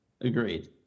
agreed